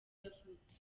yavutse